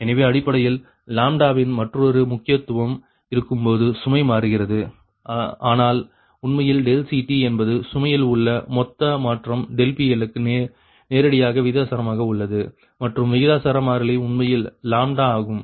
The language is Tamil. எனவே அடிப்படையில் லாம்ப்டாவின் மற்றொரு முக்கியத்துவம் இருக்கும்போது சுமை மாறுகிறது ஆனால் உண்மையில் CT என்பது சுமையில் உள்ள மொத்த மாற்றம் PL க்கு நேரடியாக விகிதாசாரமாக உள்ளது மற்றும் விகிதாசார மாறிலி உண்மையில் லாம்ப்டா ஆகும்